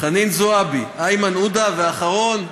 חנין זועבי, איימן עודה, ואחרון,